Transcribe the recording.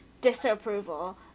disapproval